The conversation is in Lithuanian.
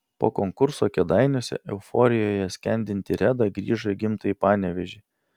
po konkurso kėdainiuose euforijoje skendinti reda grįžo į gimtąjį panevėžį